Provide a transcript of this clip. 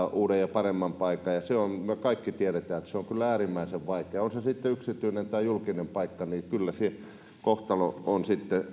paremman paikan ja me kaikki tiedämme että se on kyllä äärimmäisen vaikeaa on se sitten yksityinen tai julkinen paikka ja kyllä se kohtalo on